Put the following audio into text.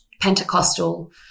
Pentecostal